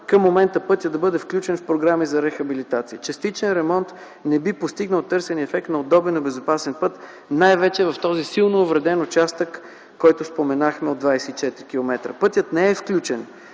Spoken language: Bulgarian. към момента пътят да бъде включен в програма за рехабилитация. Частичен ремонт не би постигнал търсения ефект на удобен и безопасен път най-вече в този силно увреден участък, който споменахме, от 24 километра. Пътят не е включен